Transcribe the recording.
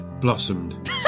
blossomed